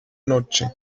noche